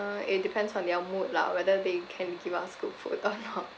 uh it depends on their mood lah whether they can give us good food or not